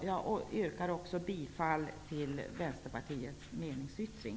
Jag yrkar därtill bifall till Vänsterpartiets meningsyttring.